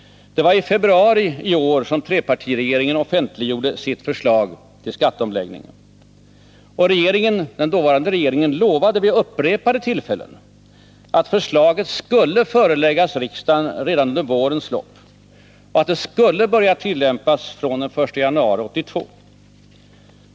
I februari i år offentliggjorde trepartiregeringen sitt förslag till skatteomläggningen. Den dåvarande regeringen lovade vid upprepade tillfällen att förslaget skulle föreläggas riksdagen redan under vårens lopp och att det skulle börja tillämpas från den 1 januari 1982.